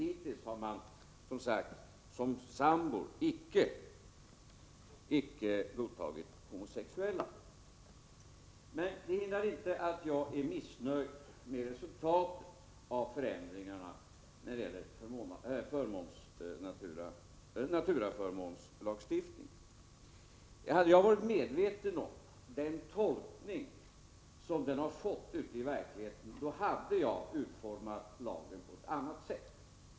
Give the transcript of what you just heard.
Hittills har man, som sagt, som sambo icke godtagit homosexuella. Det hindrar inte att jag är missnöjd med resultatet av förändringarna när det gäller naturaförmånslagstiftningen. Om jag hade varit medveten om att lagen kunde få den tolkning som den fått ute i verkligheten, hade jag utformat den på ett annat sätt.